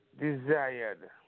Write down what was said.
desired